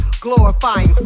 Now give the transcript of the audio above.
Glorifying